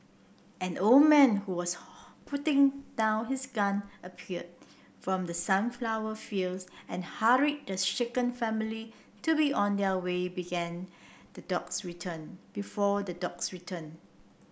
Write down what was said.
an old man who was putting down his gun appeared from the sunflower fields and hurried the shaken family to be on their way began the dogs return before the dogs return